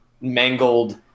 mangled